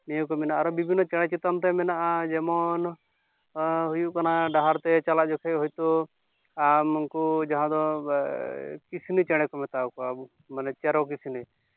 ᱱᱤᱭᱟᱹ ᱠᱚ ᱢᱮᱱᱟᱜᱼᱟ ᱟᱨᱚ ᱵᱤᱵᱷᱤᱱᱱᱚ ᱪᱮᱬᱮ ᱪᱮᱛᱟᱱ ᱛᱮ ᱢᱮᱱᱟᱜᱼᱟ ᱡᱮᱢᱚᱱ ᱦᱩᱭᱩᱜ ᱠᱟᱱᱟ ᱰᱟᱦᱟᱨ ᱛᱮ ᱪᱟᱞᱟᱜ ᱡᱚᱠᱷᱚᱱ ᱦᱚᱭᱛᱳ ᱱᱩᱠᱩ ᱡᱟᱦᱟᱸ ᱫᱚ ᱠᱤᱥᱱᱤ ᱪᱮᱬᱮ ᱠᱚ ᱢᱮᱛᱟᱣ ᱠᱚᱣᱟ ᱟᱵᱚ ᱢᱟᱱᱮ ᱪᱮᱨᱚ ᱠᱤᱥᱱᱤ